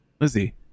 Lizzie